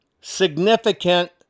significant